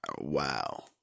wow